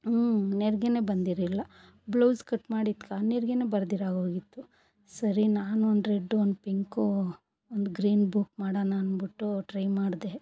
ಹ್ಞೂ ನೆರಿಗೇನೇ ಬಂದಿರಲಿಲ್ಲ ಬ್ಲೌಸ್ ಕಟ್ ಮಾಡಿದ್ದಕ್ಕೆ ಆ ನೆರಿಗೇನೋ ಬರದಿರೋ ಆಗೋಗಿತ್ತು ಸರಿ ನಾನೊಂದು ರೆಡ್ಡು ಒಂದು ಪಿಂಕೂ ಒಂದು ಗ್ರೀನ್ ಬುಕ್ ಮಾಡೋಣ ಅಂದ್ಬಿಟ್ಟು ಟ್ರೈ ಮಾಡಿದೆ